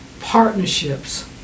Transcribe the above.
partnerships